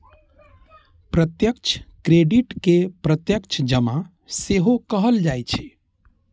प्रत्यक्ष क्रेडिट कें प्रत्यक्ष जमा सेहो कहल जाइ छै